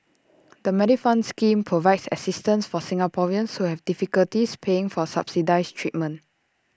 the Medifund scheme provides assistance for Singaporeans who have difficulties paying for subsidized treatment